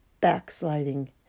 backsliding